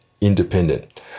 Independent